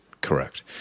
Correct